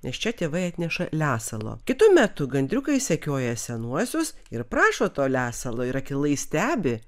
nes čia tėvai atneša lesalo kitu metu gandriukai sekioja senuosius ir prašo to lesalo ir akylai stebi